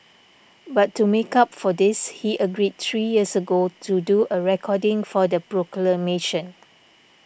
but to make up for this he agreed three years ago to do a recording for the proclamation